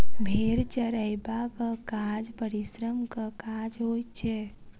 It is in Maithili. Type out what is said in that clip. भेंड़ चरयबाक काज परिश्रमक काज होइत छै